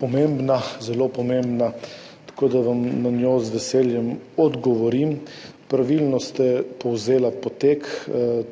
pomembna, zelo pomembna, tako da vam na njo z veseljem odgovorim. Pravilno ste povzeli potek,